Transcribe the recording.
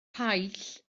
paill